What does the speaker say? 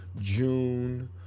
June